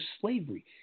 slavery